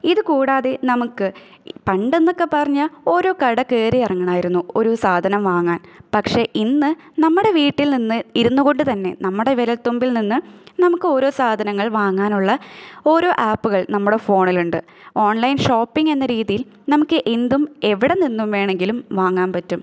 ഇതുകൂടാതെ നമുക്ക് പണ്ടെന്നൊക്കെ പറഞ്ഞാൽ ഓരോ കട കയറിയിറങ്ങണമായിരുന്നു ഒരു സാധനം വാങ്ങാൻ പക്ഷേ ഇന്ന് നമ്മുടെ വീട്ടിൽ നിന്ന് ഇരുന്നുകൊണ്ട് തന്നെ നമ്മുടെ വിരൽത്തുമ്പിൽ നിന്ന് നമുക്ക് ഓരോ സാധനങ്ങൾ വാങ്ങാനുള്ള ഓരോ ആപ്പുകൾ നമ്മടെ ഫോണിൽ ഉണ്ട് ഓൺലൈൻ ഷോപ്പിംഗ് എന്ന രീതിയിൽ നമുക്ക് എന്തും എവിടെ നിന്നും വേണമെങ്കിലും വാങ്ങാൻ പറ്റും